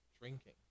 Drinking